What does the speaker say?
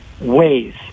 ways